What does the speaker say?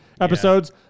episodes